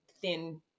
thin